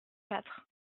quatre